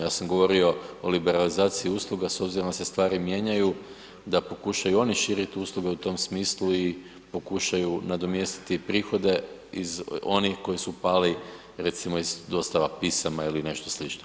Ja sam govorio o liberalizaciji usluga s obzirom da se stvari mijenjaju da pokušaju oni širiti usluge u tom smislu i pokušaju nadomjestiti prihode onih koji su pali recimo iz dostava pisama ili nešto slično.